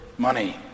money